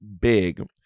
big